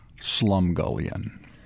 Slumgullion